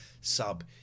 sub